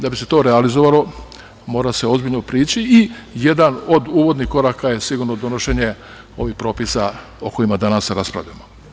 Da bi se to realizovalo mora se ozbiljno prići i jedan od uvodnih koraka je sigurno donošenje ovih propisa o kojima danas raspravljamo.